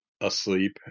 asleep